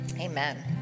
Amen